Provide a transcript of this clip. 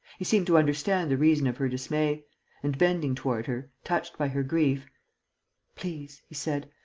he seemed to understand the reason of her dismay and, bending toward her, touched by her grief please, he said,